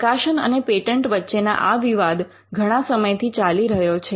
પ્રકાશન અને પેટન્ટ વચ્ચેનો આ વિવાદ ઘણા સમયથી ચાલી રહ્યો છે